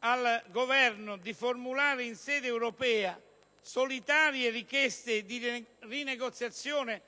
al Governo di formulare in sede europea solitarie richieste di rinegoziazione